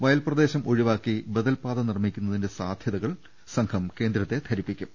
വയൽ പ്രദേശം ഒഴിവാക്കി ബദൽ പാത നിർമ്മിക്കുന്നതിന്റെ സാധു തകൾ സംഘം കേന്ദ്രത്തെ ധരിപ്പിക്കും